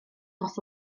dros